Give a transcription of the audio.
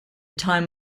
time